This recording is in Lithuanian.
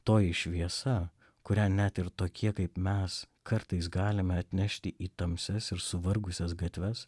toji šviesa kurią net ir tokie kaip mes kartais galime atnešti į tamsias ir suvargusias gatves